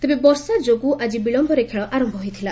ତେବେ ବର୍ଷା ଯୋଗୁଁ ଆଜି ବିଳୟରେ ଖେଳ ଆରମ୍ଭ ହୋଇଥିଲା